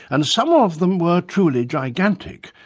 and some of them were truly gigantic,